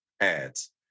ads